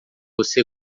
você